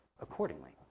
accordingly